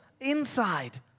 inside